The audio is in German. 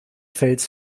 fels